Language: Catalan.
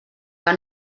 que